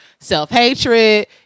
self-hatred